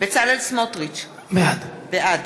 בצלאל סמוטריץ, בעד